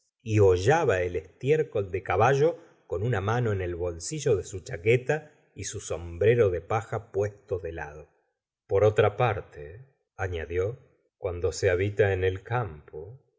y hollaba el estiércol de caballo con una mano en el bolsillo de su chaqueta y su sombrero de paja puesto de lado por otra parte anadió cuando se habita en el campo